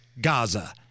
Gaza